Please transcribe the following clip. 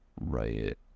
Right